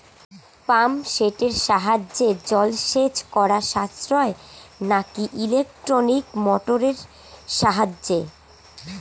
Pump সেটের সাহায্যে জলসেচ করা সাশ্রয় নাকি ইলেকট্রনিক মোটরের সাহায্যে?